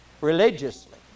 religiously